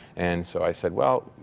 and so i said, well,